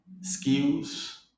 skills